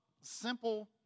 simple